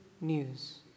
news